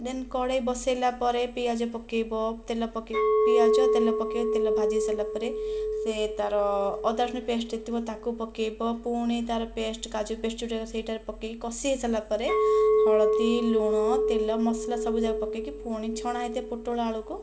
ଦେନ କଡ଼େଇ ବସେଇଲା ପରେ ପିଆଜ ପକାଇବ ତେଲ ପକାଇ ପିଆଜ ତେଲ ପକାଇ ତେଲ ଭାଜି ସରିଲା ପରେ ସେ ତା'ର ଅଦା ରସୁଣ ପେଷ୍ଟ ହୋଇଥିବ ତାକୁ ପକାଇବ ପୁଣି ତା'ର ପେଷ୍ଟ କାଜୁ ପେଷ୍ଟ ଯେଉଁଟା ସେଇଟାରେ ପକାଇକି କଷି ହୋଇସାରିଲା ପରେ ହଳଦୀ ଲୁଣ ତେଲ ମସଲା ସବୁ ଯାକ ପକାଇକି ପୁଣି ଛଣା ହୋଇଥିବା ପୋଟଳ ଆଳୁକୁ